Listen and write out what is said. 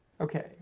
okay